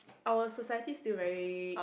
our society's still very